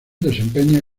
desempeña